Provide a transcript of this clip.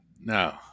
No